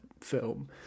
film